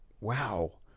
Wow